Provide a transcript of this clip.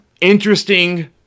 interesting